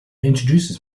introduces